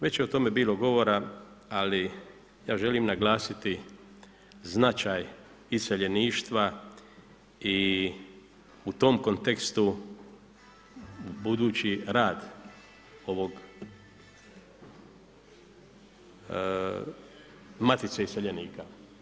Već je o tome bilo govora, ali ja želim naglasiti značaj iseljeništva i u tom kontekstu budući rad ovog Matice iseljenika.